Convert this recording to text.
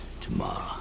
tomorrow